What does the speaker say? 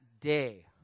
day